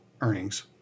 earnings